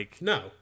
No